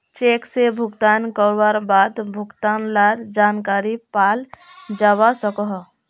cheque से भुगतान करवार बाद भुगतान लार जानकारी पाल जावा सकोहो